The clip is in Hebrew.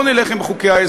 בואו נלך עם חוקי-היסוד,